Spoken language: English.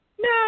No